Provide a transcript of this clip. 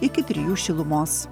iki trijų šilumos